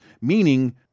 meaning